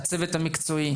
הצוות המקצועי,